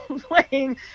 playing